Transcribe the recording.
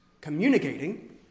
communicating